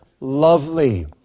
lovely